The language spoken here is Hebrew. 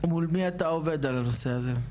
מול מי אתה עובד על הנושא הזה?